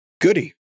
goody